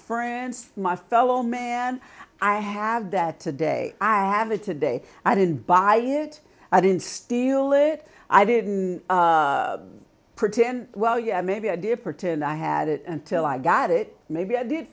friends my fellow man i have that today i have a today i didn't buy it i didn't steal it i didn't pretend well yeah maybe idea partizan i had it until i got it maybe i did